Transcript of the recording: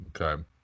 Okay